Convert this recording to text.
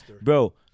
Bro